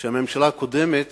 שהממשלה הקודמת